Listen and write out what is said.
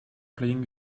playing